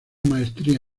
maestría